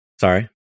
Sorry